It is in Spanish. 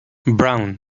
brown